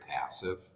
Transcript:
passive